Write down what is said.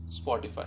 spotify